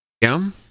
Yum